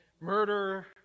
murder